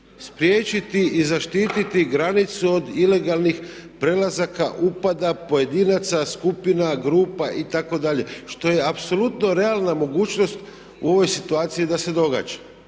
Spriječiti iz zaštiti granicu od ilegalnih prelazaka, upada, pojedinaca, skupina, grupa itd., što je apsolutno realna mogućnost u ovoj situaciji da se događa.